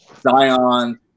zion